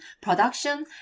production